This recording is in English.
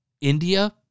India